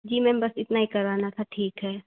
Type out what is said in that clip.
जी ma'am बस इतना ही करवाना था ठीक है